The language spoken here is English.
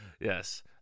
Yes